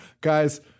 Guys